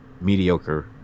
mediocre